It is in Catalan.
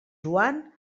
joan